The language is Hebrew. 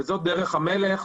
וזאת דרך המלך.